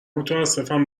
متاسفم